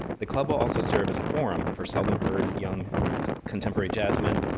the club will also serve as a forum for seldom-heard young contemporary jazz men,